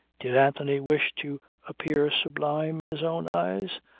did anthony wish to appear sublime in his own eyes?